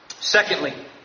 Secondly